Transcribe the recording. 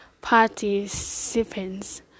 participants